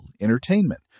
entertainment